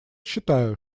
считаю